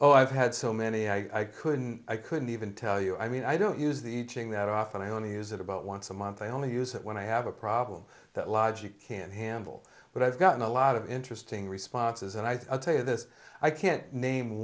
oh i've had so many i couldn't i couldn't even tell you i mean i don't use the eating that often i only use it about once a month i only use it when i have a problem that logic can't handle but i've gotten a lot of interesting responses and i tell you this i can't name